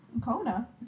Kona